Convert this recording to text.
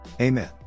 Amen